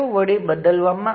parameter થી મારો મતલબ શું છે